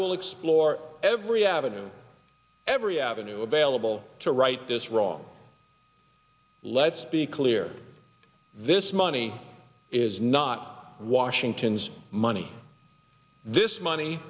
will explore every avenue every avenue available to right this wrong let's be clear this money is not washington's money this money